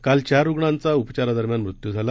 काल चार रुग्णांचा उचारादरम्यान मृत्यू झाला